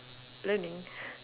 learning